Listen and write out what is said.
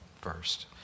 first